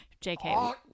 JK